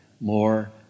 more